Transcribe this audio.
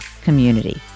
community